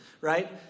Right